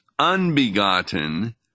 Unbegotten